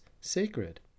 sacred